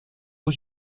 aux